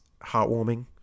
heartwarming